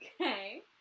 Okay